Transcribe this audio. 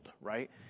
right